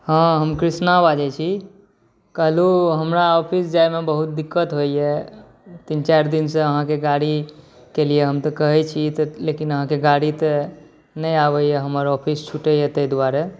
हँ हम कृष्णा बाजै छी कहलू हमरा ऑफिस जाइमे बहुत दिक्कत होइए तीन चारि दिनसँ अहाँके गाड़ीकेलिए हम तऽ कहै छी लेकिन अहाँके गाड़ी तऽ नहि आबैए हमर ऑफिस छुटैए ताहि दुआरे